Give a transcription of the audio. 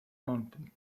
mountain